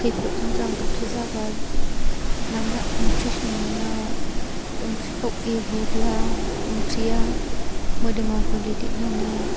खैफोदजों जाब्रबथाय जाबाय मानोना ओंख्रि संनायाव ओंख्रिखौ एवोब्ला ओंख्रिया मोदोमाव गोलै देरनानै